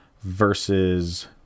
versus